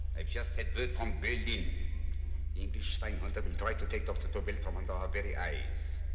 i've just had word from berlin. the english spy hunter will try to take dr. tobel from under our very eyes.